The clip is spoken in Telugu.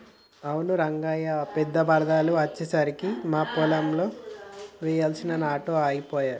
అవును రంగయ్య పెద్ద వరదలు అచ్చెసరికి మా పొలంలో వెయ్యాల్సిన నాట్లు ఆగిపోయాయి